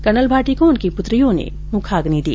colonel Bhati को उनकी प्रत्रियों ने मुखाग्नि दी